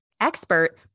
expert